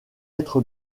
être